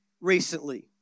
recently